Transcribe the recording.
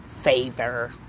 Favor